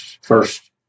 first